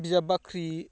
बिजाब बाख्रि